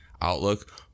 outlook